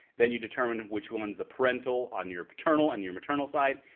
then you determine which one's the parental on your paternal and your maternal side,